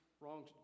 wrong